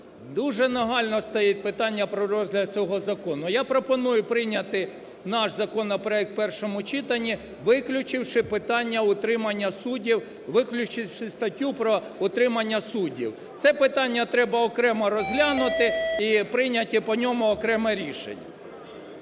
Дуже нагально стоїть питання про розгляд цього закону. Я пропоную прийняти наш законопроект в першому читанні, виключивши питання утримання суддів, виключивши статтю про утримання суддів. Це питання треба окремо розглянути і прийняти по ньому окреме рішення.